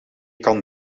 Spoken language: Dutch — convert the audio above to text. kan